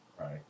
Right